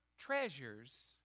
Treasures